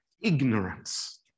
ignorance